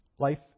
Life